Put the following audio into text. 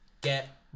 Get